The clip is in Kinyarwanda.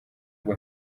ngo